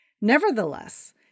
Nevertheless